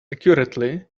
accurately